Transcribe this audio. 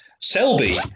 Selby